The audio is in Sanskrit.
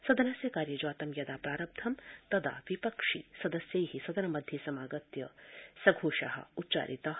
सदनस्य कार्यजातं यदा प्रारब्ध तदा विपक्षि सदस्य सदनमध्ये समागत्य सघोषा उच्चारिता